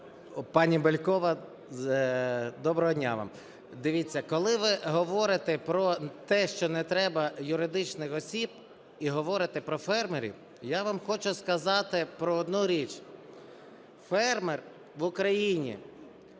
Пані Бєлькова, доброго дня вам. Дивіться, коли ви говорите про те, що не треба юридичних осіб, і говорите про фермерів, я вам хочу сказати про одну річ. Фермер в Україні